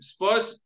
Spurs